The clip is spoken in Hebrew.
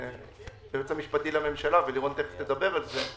הייעוץ המשפטי לממשלה, ולירון מיד תדבר על זה,